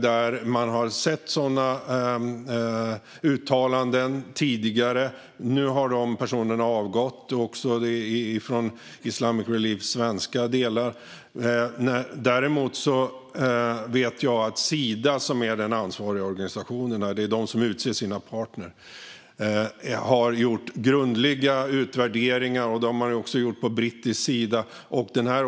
Där har man tidigare sett sådana uttalanden, men nu har de personerna avgått, också från Islamic Reliefs svenska delar. Sida utser själv sina partner, och jag vet att man har gjort grundliga utvärderingar. Det har man också gjort på brittisk sida.